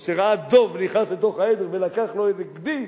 או שראה דוב שנכנס לתוך העדר ולקח לו איזה גדי,